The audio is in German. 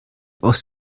aus